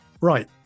Right